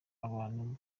abantu